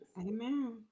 Amen